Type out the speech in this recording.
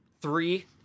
three